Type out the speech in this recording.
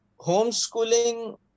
homeschooling